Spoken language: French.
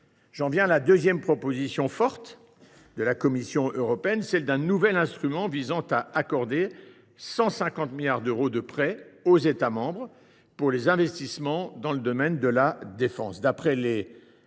J’en viens à la seconde proposition forte de la Commission européenne, à savoir un nouvel instrument visant à accorder 150 milliards d’euros de prêts aux États membres pour des investissements dans le domaine de la défense.